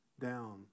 down